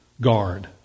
guard